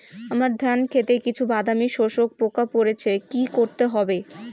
আমার ধন খেতে কিছু বাদামী শোষক পোকা পড়েছে কি করতে হবে?